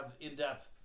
in-depth